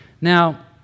now